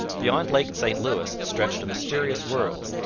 beyond lake st louis stretched a mysterious world,